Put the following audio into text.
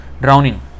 drowning